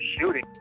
shooting